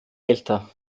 älter